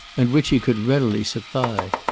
and which he could readily supply.